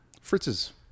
Fritz's